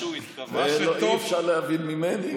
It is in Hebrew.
אי-אפשר להבין ממני.